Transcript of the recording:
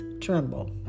tremble